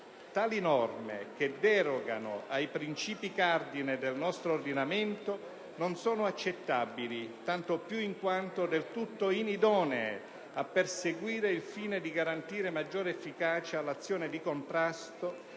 Tali norme, che derogano ai princìpi cardine del nostro ordinamento, non sono accettabili tanto più in quanto del tutto inidonee a perseguire il fine di garantire maggiore efficacia all'azione di contrasto